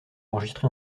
enregistré